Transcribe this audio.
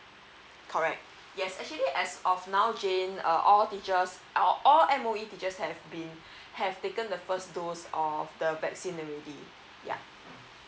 correct yes actually as of now jane uh all teachers all M_O_E teachers have been have taken the first dose of the vaccine already yeah